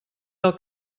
del